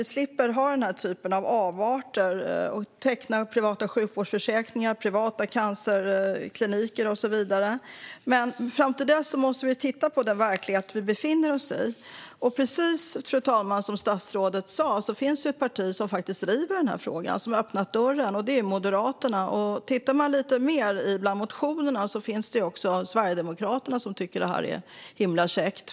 Då skulle vi slippa ha avarter som exempelvis att man tecknar privata sjukvårdsförsäkringar eller att det finns privata cancerkliniker. Men fram till dess måste vi titta på den verklighet som vi befinner oss i. Fru talman! Som statsrådet säger finns det ett parti som driver denna fråga och som har öppnat dörren, nämligen Moderaterna. Om man tittar lite närmare bland de motioner som skrivits finns också sverigedemokrater som tycker att detta är himla käckt.